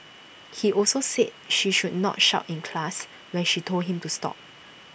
he also said she should not shout in class when she told him into stop